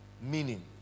meaning